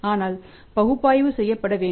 ஆனால் அது பகுப்பாய்வு செய்யப்பட வேண்டும்